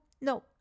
no